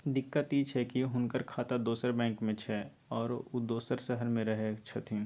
दिक्कत इ छै की हुनकर खाता दोसर बैंक में छै, आरो उ दोसर शहर में रहें छथिन